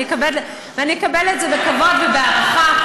ואני אקבל את זה בכבוד ובהערכה,